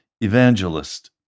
Evangelist